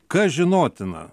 kas žinotina